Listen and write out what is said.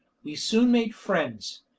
we soon made friends,